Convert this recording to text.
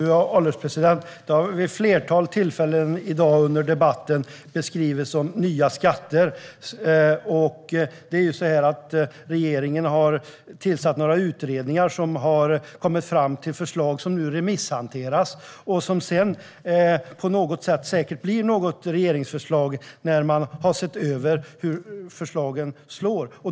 Fru ålderspresident! Under debatten har det vid ett flertal tillfällen talats om nya skatter. Regeringen har tillsatt några utredningar som har kommit fram till förslag som nu remisshanteras och som sedan troligen blir regeringsförslag när man har sett över hur förslagen slår.